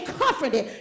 comforted